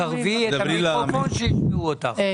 בבקשה.